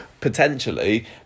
potentially